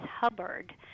Hubbard